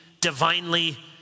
divinely